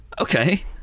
Okay